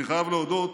אני חייב להודות,